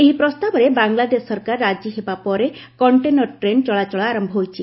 ଏହି ପ୍ରସ୍ତାବରେ ବାଂଲାଦୋ ସରକାର ରାଜି ହେବା ପରେ କଣ୍ଟେନର ଟ୍ରେନ୍ ଚଳାଚଳ ଆରମ୍ଭ ହୋଇଛି